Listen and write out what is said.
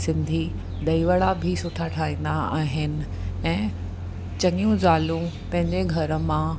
सिंधी दही वड़ा बि सुठा ठाहींदा आहिनि ऐं चङियूं ज़ालियूं पंहिंजे घर मां